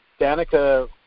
Danica